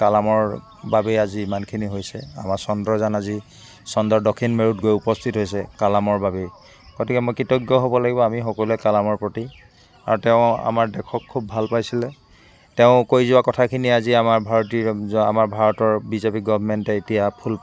কালামৰ বাবেই আজি ইমানখিনি হৈছে আমাৰ চন্দ্ৰযান আজি চন্দ্ৰৰ দক্ষিণ মেৰুত গৈ উপস্থিত হৈছে কালামৰ বাবেই গতিকে মই কৃতজ্ঞ হ'ব লাগিব আমি সকলোৱে কালামৰ প্ৰতি আৰু তেওঁ আমাৰ দেশক খুব ভাল পাইছিলে তেওঁ কৈ যোৱা কথাখিনি আজি আমাৰ ভাৰতীয় আমাৰ ভাৰতৰ বি জে পি গভমেণ্টে এতিয়া ফুল